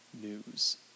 news